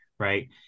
Right